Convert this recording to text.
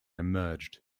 emerged